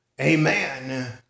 Amen